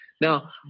Now